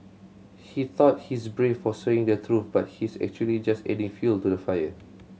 he thought he's brave for saying the truth but he's actually just adding fuel to the fire